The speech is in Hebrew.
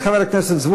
חברי הכנסת,